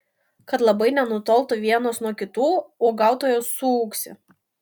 kad labai nenutoltų vienos nuo kitų uogautojos suūksi